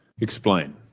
explain